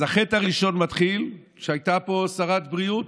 אז החטא הראשון מתחיל כשהייתה פה שרת בריאות,